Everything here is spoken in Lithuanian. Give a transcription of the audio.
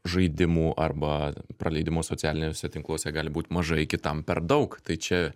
žaidimų arba praleidimo socialiniuose tinkluose gali būti mažai kitam per daug tai čia